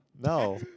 No